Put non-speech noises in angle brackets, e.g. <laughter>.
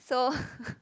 so <laughs>